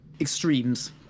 extremes